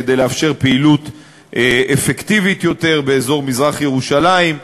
כדי לאפשר פעילות אפקטיבית יותר באזור מזרח-ירושלים.